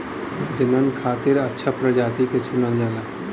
प्रजनन खातिर अच्छा प्रजाति के चुनल जाला